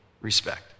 Respect